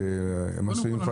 המזהמים?